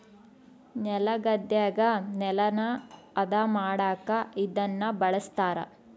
ನೆಲಗದ್ದೆಗ ನೆಲನ ಹದ ಮಾಡಕ ಇದನ್ನ ಬಳಸ್ತಾರ